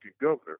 governor